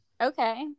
Okay